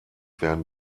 werden